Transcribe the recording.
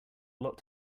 lot